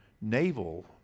Naval